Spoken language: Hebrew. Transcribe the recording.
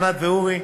ענת ואורי,